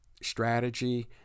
strategy